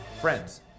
friends